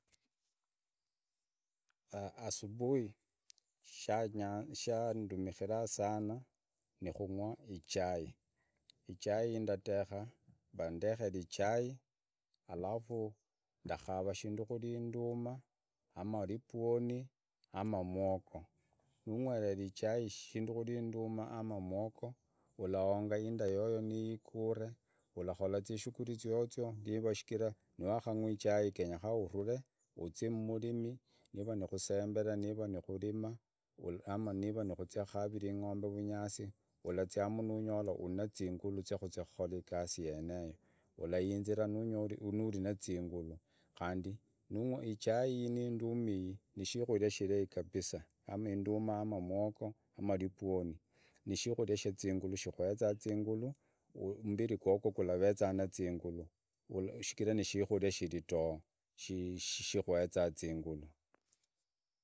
Asubuhi shandumikira sana ni kunwa ichai vandekere ichai alafu ndakava ikindu kuri induma ana iribwoni ama umwogo. Numwere ichai ikindu kuri induma ama umwogo ulahongo inda yoyo niiguti ulakola izishuguli ziozio nivishigira nuwakunywa ichai genyeka uturi uzie murimi niva nokosembera niva nukurima ama niva nukuzia kukavira engombe uvunyasi uraziamu nonyola ove nizingulu ziokokola igasi yeneyo urayinzila nuri nizingulu kandi nunywe ichai iyi ni induma iyi nishukuria ishirai sana ama induma ama umwogo ama iribwoni nishukuria shizingulu kekoheza zingulu ummbiri gugwo guraveza nizingulu shigira ni shukuria shirito.